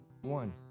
one